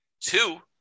Two